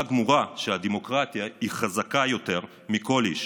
גמורה שהדמוקרטיה חזקה יותר מכל איש